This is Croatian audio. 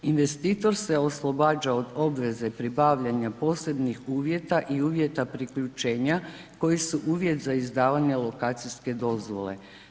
Investitor se oslobađa od obveze pribavljanja posebnih uvjeta i uvjeta priključenja koji su uvjet za izdavanje lokacijske dozvole.